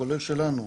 כולל שלנו.